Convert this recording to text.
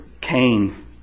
Cain